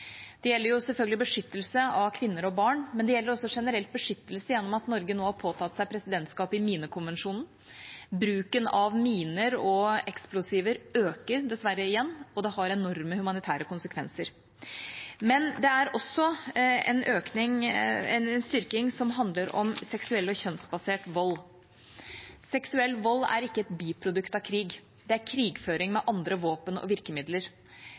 Det gjelder selvfølgelig beskyttelse av kvinner og barn, men det gjelder også generelt beskyttelse gjennom at Norge nå har påtatt seg presidentskapet i minekonvensjonen. Bruken av miner og eksplosiver øker dessverre igjen, og det har enorme humanitære konsekvenser. Det er også en styrking av det som handler om seksuell og kjønnsbasert vold. Seksuell vold er ikke et biprodukt av krig, det er krigføring med andre våpen og virkemidler.